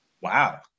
wow